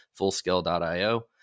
fullscale.io